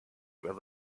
where